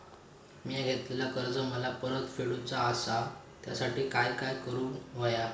मिया घेतलेले कर्ज मला परत फेडूचा असा त्यासाठी काय काय करून होया?